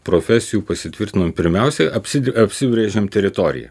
profesijų pasitvirtinom pirmiausiai apsi apsibrėžėm teritoriją